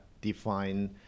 define